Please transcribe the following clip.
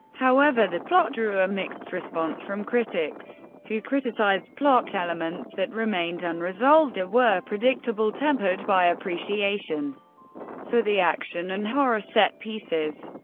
however the plot drew a mixed response from critics, who criticized plot elements that remained unresolved or were predictable, tempered by appreciation for the action and horror set-pieces.